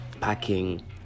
packing